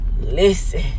listen